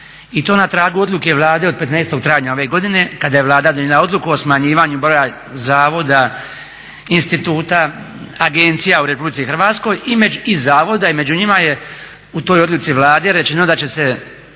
i to na tragu odluke Vlade od 15. travnja ove godine kada je Vlada donijela odluku o smanjivanju broja zavoda, instituta, agencija u Republici Hrvatskoj i zavoda i među njima je u toj odluci Vlade rečeno da će se